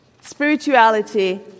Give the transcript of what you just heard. spirituality